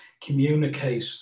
communicate